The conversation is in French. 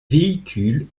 véhicules